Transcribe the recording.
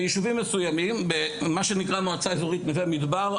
ביישובים מסוימים במועצה האזורית נווה-מדבר,